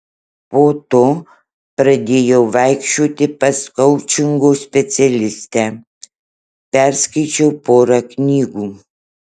po to pradėjau vaikščioti pas koučingo specialistę perskaičiau porą knygų